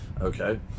okay